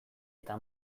eta